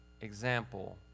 example